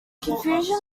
confusion